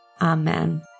Amen